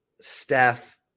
Steph